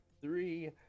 three